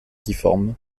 difforme